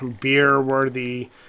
beer-worthy